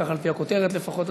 כך על-פי הכותרת לפחות,